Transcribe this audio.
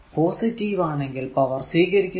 positive ആണെങ്കിൽ power സ്വീകരിക്കുന്നു